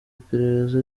iperereza